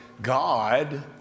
God